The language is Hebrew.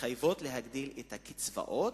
מחייבות להגדיל את הקצבאות.